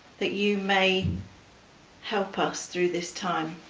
that you may help us through this time,